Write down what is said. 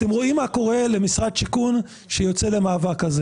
אתם רואים מה קורה למשרד שיכון שיוצא למאבק כזה